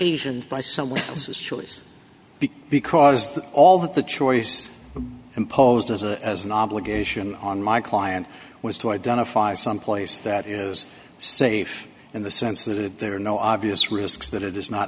asian by someone else's choice b because the all of the choice imposed as a an obligation on my client was to identify someplace that is safe in the sense that there are no obvious risks that it is not